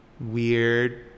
weird